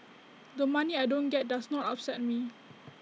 the money I don't get does not upset me